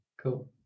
Cool